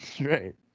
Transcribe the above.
Right